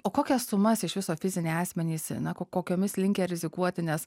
o kokias sumas iš viso fiziniai asmenys na ko kokiomis linkę rizikuoti nes